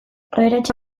aberatsa